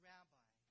Rabbi